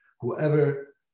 Whoever